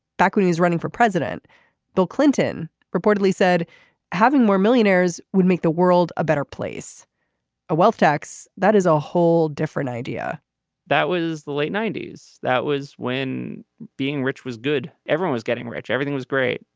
back when he was running for president bill clinton reportedly said having more millionaires would make the world a better place a wealth tax. that is a whole different idea that was the late ninety s. that was when being rich was good. everyone's getting rich. everything was great.